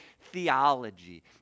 theology